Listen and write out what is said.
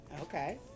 Okay